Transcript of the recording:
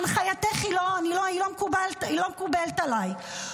הנחייתך לא מקובלת עליי,